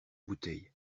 bouteille